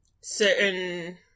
certain